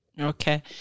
Okay